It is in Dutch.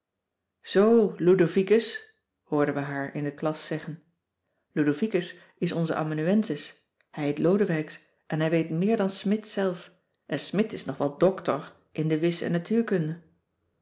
zoo ludovicus hoorden we haar in de klas zeggen ludovicus is onze amanuensis hij heet lodewijks en hij weet meer dan smidt zelf en smidt is nog wel doktor in de wis en natuurkunde